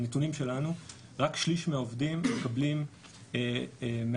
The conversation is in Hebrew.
לפי הנתונים שלנו רק שליש מהעובדים מקבלים מהמעסיקים